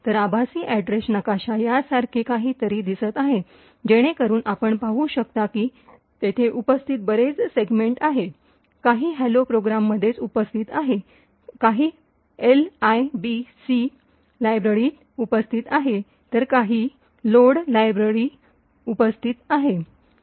तर आभासी अॅड्रेस नकाशा यासारखे काहीतरी दिसत आहे जेणेकरून आपण पाहू शकता की तेथे उपस्थित बरेच सेगमेंट्स आहेत काही हॅलो प्रोग्रॅममध्येच उपस्थित आहेत काही एलआयबीसी लायब्ररीत उपस्थित आहेत तर काही इतर लोडर लायब्ररी उपस्थित आहेत